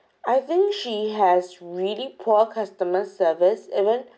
I think she has really poor customer service even